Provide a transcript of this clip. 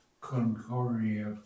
Concordia